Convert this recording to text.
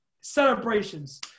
Celebrations